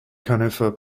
conifer